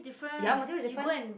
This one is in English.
ya material is different